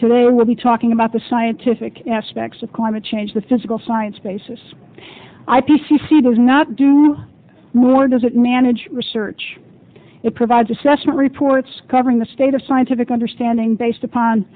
today we'll be talking about the scientific aspects of climate change the physical science basis i p c c does not do more doesn't manage research it provides assessment reports covering the state of scientific understanding based upon